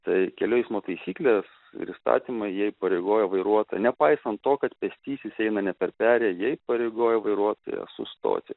tai kelių eismo taisyklės ir įstatymai jie įpareigoja vairuotoją nepaisant to kad pėstysis eina ne per perėją jie įpareigoja vairuotoją sustoti